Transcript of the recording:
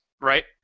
right